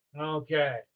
okay